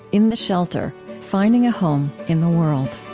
in the shelter finding a home in the world